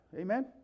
Amen